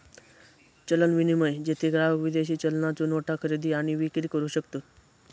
चलन विनिमय, जेथे ग्राहक विदेशी चलनाच्यो नोटा खरेदी आणि विक्री करू शकतत